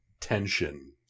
Tension